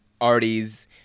Artie's